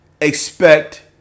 expect